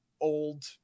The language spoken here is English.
old